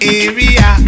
area